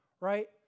right